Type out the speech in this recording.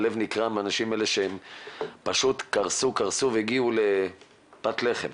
הלב נקרע מהאנשים האלה שפשוט קרסו והגיעו לפת לחם.